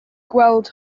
gweld